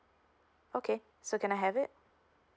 okay so can I have it